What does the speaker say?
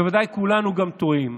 בוודאי גם כולנו טועים,